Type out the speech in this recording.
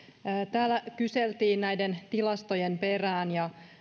täällä kyseltiin näiden tilastojen perään